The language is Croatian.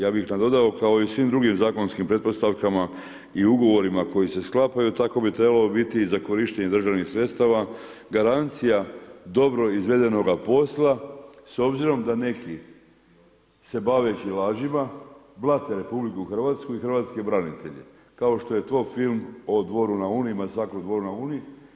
Ja bih nadodao kao i u svim drugim zakonskim pretpostavkama i ugovorima koji se sklapaju, tako bi trebalo biti i za korištenje državnih sredstava garancija dobro izvedenoga posla s obzirom da neki se baveći lažima, blate RH i hrvatske branitelje kao što je to film o Dvoru na Uni, masakru Dvoru na Uni.